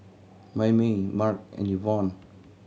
Mayme Marc and Yvonne